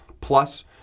Plus